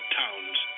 towns